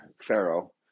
Pharaoh